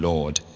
Lord